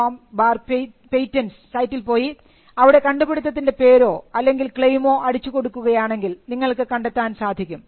compatents സൈറ്റിൽ പോയി അവിടെ കണ്ടുപിടിത്തത്തിൻറെ പേരോ അല്ലെങ്കിൽ ക്ലെയിമോ അടിച്ചു കൊടുക്കുകയാണെങ്കിൽ നിങ്ങൾക്ക് കണ്ടെത്താൻ സാധിക്കും